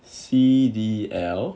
C_D_L